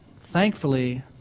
thankfully